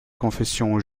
confession